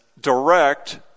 direct